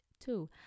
two